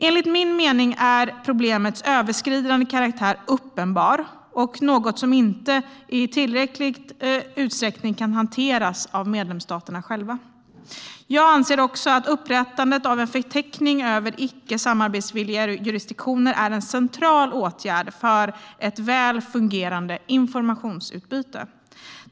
Enligt min mening är problemets överskridande karaktär uppenbar och något som inte i tillräcklig utsträckning kan hanteras av medlemsstaterna själva. Jag anser också att upprättandet av en förteckning över icke samarbetsvilliga jurisdiktioner är en central åtgärd för ett väl fungerande informationsutbyte.